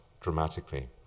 dramatically